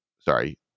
sorry